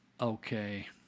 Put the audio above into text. Okay